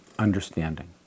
Understanding